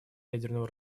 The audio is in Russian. ядерного